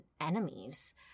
enemies